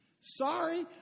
Sorry